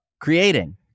creating